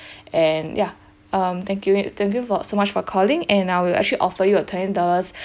and ya um thank you it thank you for so much for calling and uh we'll actually offer you a twenty dollars